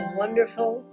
wonderful